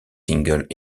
singles